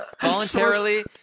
voluntarily –